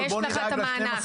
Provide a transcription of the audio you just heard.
ויש לך את המענק.